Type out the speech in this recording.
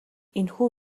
энэхүү